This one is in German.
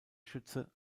schütze